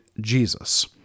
Jesus